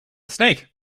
snake